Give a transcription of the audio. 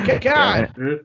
God